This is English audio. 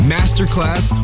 Masterclass